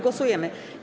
Głosujemy.